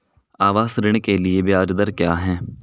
आवास ऋण के लिए ब्याज दर क्या हैं?